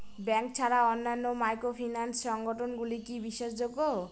Bank ছাড়া অন্যান্য microfinance সংগঠন গুলি কি বিশ্বাসযোগ্য?